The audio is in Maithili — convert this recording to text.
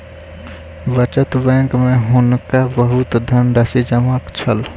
बचत बैंक में हुनका बहुत धनराशि जमा छल